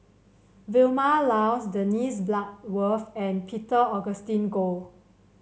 Vilma Laus Dennis Bloodworth and Peter Augustine Goh